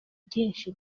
byinshi